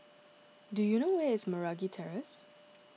do you know where is Meragi Terrace